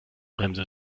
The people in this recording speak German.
bremse